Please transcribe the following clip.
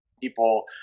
people